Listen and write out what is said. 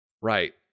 Right